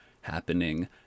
happening